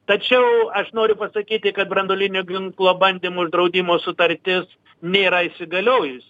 tačiau aš noriu pasakyti kad branduolinio ginklo bandymų uždraudimo sutartis nėra įsigaliojus